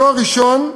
בתואר ראשון,